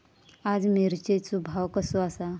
आज मिरचेचो भाव कसो आसा?